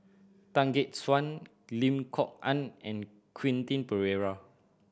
Tan Gek Suan Lim Kok Ann and Quentin Pereira